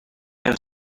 have